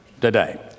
today